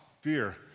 fear